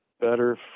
better